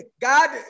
God